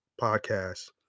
podcast